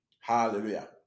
Hallelujah